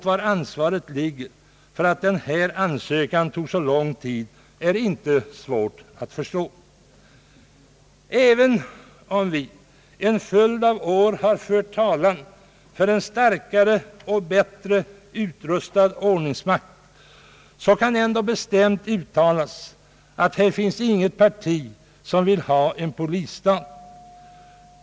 Var ansvaret ligger för att denna förundersökning tog så lång tid är däremot inte svårt att förstå. Även om vi under en följd av år har fört talan för en starkare och bättre utrustad ordningsmakt, kan det bestämt uttalas att här inte finns något parti som vill ha en polisstat.